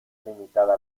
limitada